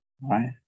right